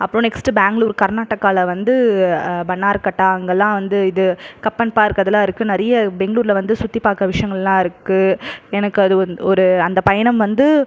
அப்புறோம் நெக்ஸ்ட் பேங்க்ளூர் கர்நாடகாவில் வந்து பன்னார்கட்டா அங்கெல்லாம் வந்து இது கப்பன் பார்க் அதெலாம் இருக்குது நிறைய பெங்களூரில் வந்து சுற்றிப் பார்க்க விஷயங்கள்லாம் இருக்குது எனக்கு அது ஒரு அந்த பயணம் வந்து